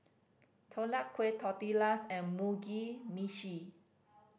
Deodeok Gui Tortillas and Mugi Meshi